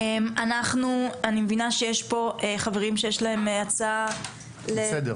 אני מבינה שיש פה חברים שיש להם הצעה לסדר.